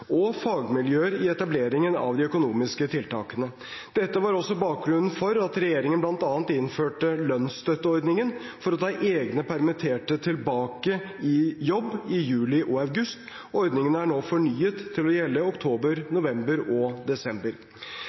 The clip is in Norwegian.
og fagmiljøer i etableringen av de økonomiske tiltakene. Dette var også bakgrunnen for at regjeringen bl.a. innførte lønnsstøtteordningen for å ta egne permitterte tilbake i jobb i juli og august. Ordningen er nå fornyet til å gjelde oktober, november og desember.